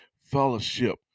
fellowship